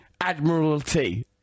Admiralty